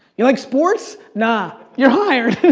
you like sports? nah. you're hired!